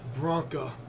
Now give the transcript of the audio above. Bronca